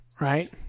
right